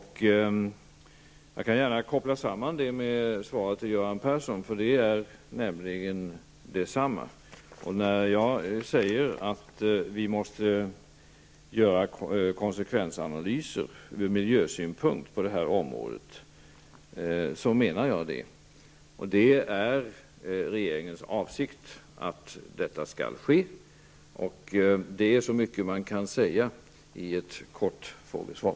Jag kan gärna koppla samman detta med svaret till Göran Persson. Det är nämligen detsamma. När jag säger att vi på detta område måste göra konsekvensanalyser ur miljösynpunkt, så menar jag det. Det är regeringens avsikt att detta skall ske, och det är så mycket som kan sägas i ett kort frågesvar.